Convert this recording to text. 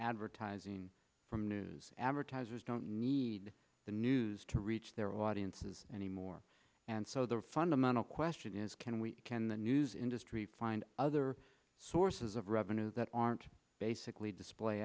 advertising from news advertisers don't need the news to reach their audiences anymore and so the fundamental question is can we can the news industry find other sources of revenue that aren't basically display